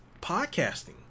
podcasting